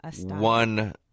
one